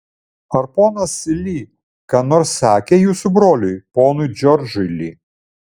ar ponas li ką nors sakė jūsų broliui ponui džordžui li